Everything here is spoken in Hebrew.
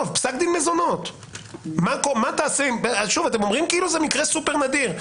אתם אומרים שזה מקרה סופר נדיר.